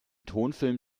tonfilm